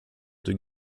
des